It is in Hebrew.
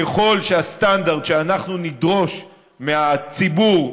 ככל שהסטנדרט שאנחנו נדרוש מהציבור,